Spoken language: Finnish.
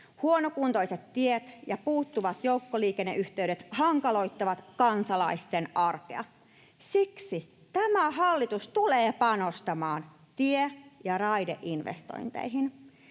Huonokuntoiset tiet ja puuttuvat joukkoliikenneyhteydet hankaloittavat kansalaisten arkea. Siksi tämä hallitus tulee panostamaan tie- ja raideinvestointeihin.